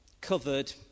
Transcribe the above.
covered